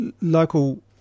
Local